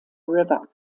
river